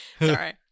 sorry